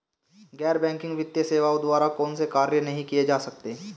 गैर बैंकिंग वित्तीय सेवाओं द्वारा कौनसे कार्य नहीं किए जा सकते हैं?